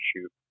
shoot